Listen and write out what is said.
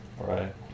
Right